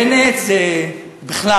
בנט זה בכלל.